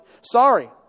Sorry